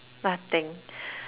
nothing